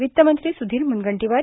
वित्त मंत्री सुधीर म्नगंटीवार